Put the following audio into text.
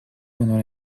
pendant